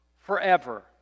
forever